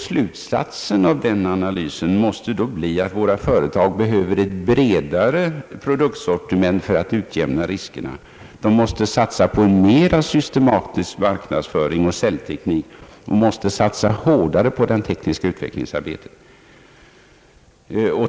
Slutsatsen av denna analys måste bli att våra företag behöver ett bredare produktsortiment för att utjämna riskerna. De måste satsa på en mera systematisk marknadsföring och säljteknik och satsa hårdare på det tekniska utvecklingsarbetet.